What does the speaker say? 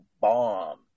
bomb